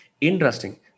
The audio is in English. Interesting